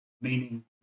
meaning